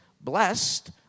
blessed